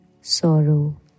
sorrow